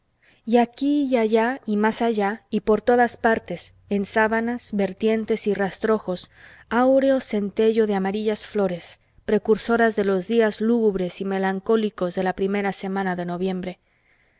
y aquí y allá y más allá y por todas partes en sabanas vertientes y rastrojos áureo centelleo de amarillas flores precursoras de los días lúgubres y melancólicos de la primera semana de noviembre los